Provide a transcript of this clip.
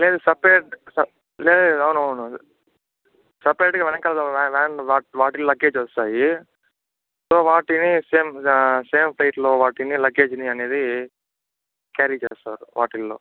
లేదు సెపరేట్ లేదు అవునవునునవును సెపరేట్గా వెనకాల వ్యాన్ వ్యాన్ వాటి వాటిలో లగ్గేజ్ వస్తాయి సో వాటిని సేమ్ సేమ్ ఫ్లైవాటిలో వాటిని లగ్గెజ్ నీ అనేది క్యారీ చేస్తారు వాటిల్లో